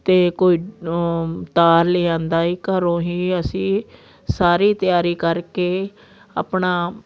ਅਤੇ ਕੋਈ ਤਾਰ ਲਿਆਦਾ ਏ ਘਰੋਂ ਹੀ ਅਸੀਂ ਸਾਰੀ ਤਿਆਰੀ ਕਰਕੇ ਆਪਣਾ